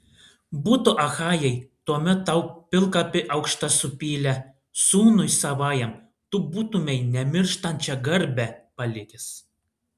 būtų achajai tuomet tau pilkapį aukštą supylę sūnui savajam tu būtumei nemirštančią garbę palikęs